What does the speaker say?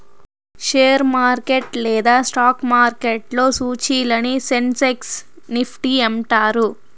share market లేదా stock మార్కెట్లో సూచీలని సెన్సెక్స్ నిఫ్టీ అంటారు